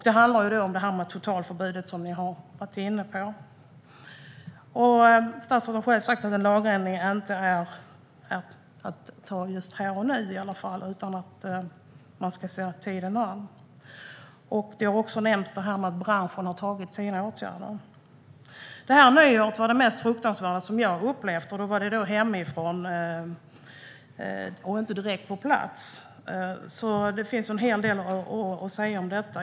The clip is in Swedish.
Det handlar om det här med totalförbudet, som ni har varit inne på. Statsrådet har själv sagt att en lagändring inte är aktuell att fatta beslut om just här och nu i alla fall utan att man ska se tiden an. Det har också nämnts att branschen har vidtagit åtgärder. Det här nyåret var det mest fruktansvärda som jag upplevt, och då var det hemifrån och inte direkt på plats. Det finns en hel del att säga om detta.